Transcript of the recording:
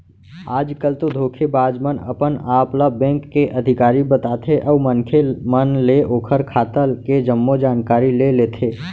आज कल तो धोखेबाज मन अपन आप ल बेंक के अधिकारी बताथे अउ मनखे मन ले ओखर खाता के जम्मो जानकारी ले लेथे